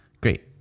Great